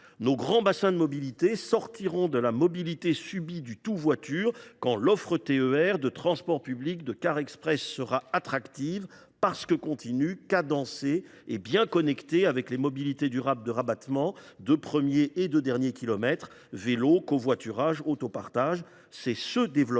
Nos grands bassins de transport sortiront de la mobilité subie du tout voiture lorsque l’offre de TER, de transports publics et de cars express sera attractive, parce qu’elle sera continue, cadencée et bien connectée avec les mobilités durables de rabattement de premier et de dernier kilomètre que sont le vélo, le covoiturage et l’autopartage. C’est ce développement